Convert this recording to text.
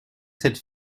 cette